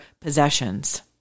possessions